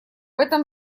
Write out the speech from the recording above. этом